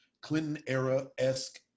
Clinton-era-esque